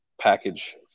package